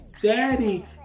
Daddy